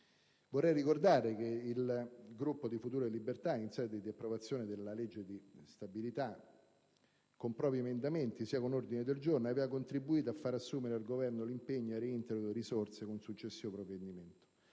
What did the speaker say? Vorrei ricordare che il Gruppo di Futuro e Libertà, in sede di approvazione della legge di stabilità, sia con propri emendamenti sia con ordini del giorno, aveva contribuito a far assumere al Governo l'impegno al reintegro delle risorse con un successivo provvedimento,